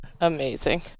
amazing